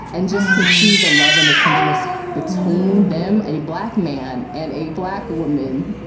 and just to see the love and the tenderness between them, a black man and a black woman,